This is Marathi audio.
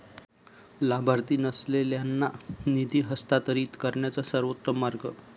लाभार्थी नसलेल्यांना निधी हस्तांतरित करण्याचा सर्वोत्तम मार्ग